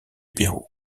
pérou